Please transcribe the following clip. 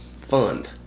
fund